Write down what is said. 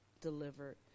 delivered